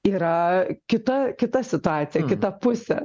yra kita kita situacija kita pusė